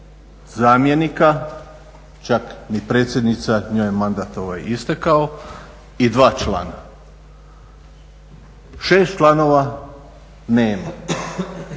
zamjenika, čak ni predsjednica, njoj je mandat istekao i dva člana. 6 članova nemamo,